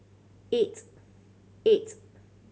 eight eight